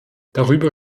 darüber